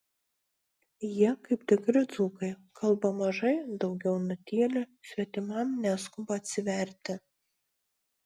jie kaip tikri dzūkai kalba mažai daugiau nutyli svetimam neskuba atsiverti